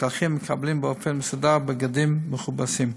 מתקלחים ומקבלים באופן מסודר בגדים מכובסים.